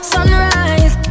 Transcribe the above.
Sunrise